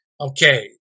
Okay